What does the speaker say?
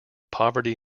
poverty